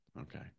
okay